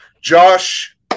Josh